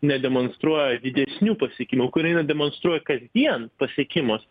nedemonstruoja didesnių pasiekimų ukraina demonstruoja kasdien pasiekimus